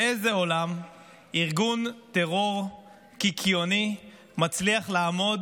באיזה עולם ארגון טרור קיקיוני מצליח לעמוד